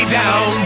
down